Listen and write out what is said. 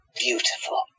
beautiful